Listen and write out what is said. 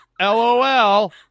LOL